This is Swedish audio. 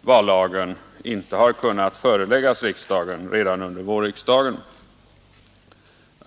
vallagen inte har kunnat föreläggas riksdagen redan under vårriksdagen.